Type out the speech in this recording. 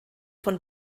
von